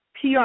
PR